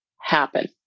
happen